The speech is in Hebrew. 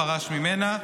כאילו הוא לא פרש ממנה.